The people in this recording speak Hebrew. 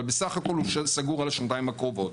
אבל בסך הכל הוא סגור על השנתיים הקרובות.